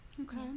Okay